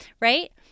right